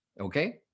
okay